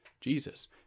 Jesus